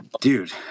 Dude